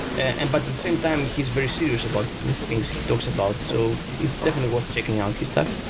and but the same time he's very serious about the things he talks about. so it's definitely worth checking out his stuff.